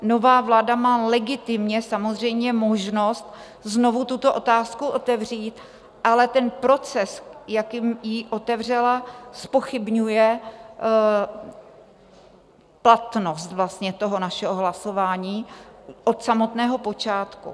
Nová vláda má legitimně samozřejmě možnost znovu tuto otázku otevřít, ale ten proces, jakým jí otevřela, zpochybňuje platnost našeho hlasování od samotného počátku.